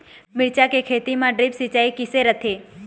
मिरचा के खेती म ड्रिप सिचाई किसे रथे?